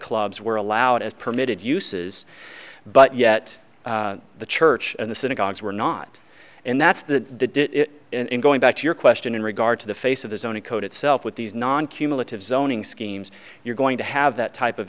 clubs were allowed as permitted uses but yet the church and the synagogues were not and that's the in going back to your question in regard to the face of the zoning code itself with these non cumulative zoning schemes you're going to have that type of